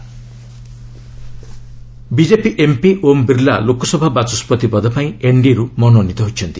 LS speaker BJP MP Om Birla Lok Sabha ବାଚସ୍କତି ପଦପାଇଁ ଏନ୍ଡିଏରୁ ମନୋନୀତ ହୋଇଛନ୍ତି